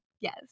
Yes